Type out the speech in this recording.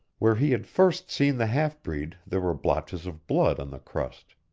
where he had first seen the half-breed there were blotches of blood on the crust.